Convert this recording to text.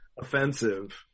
offensive